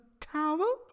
towel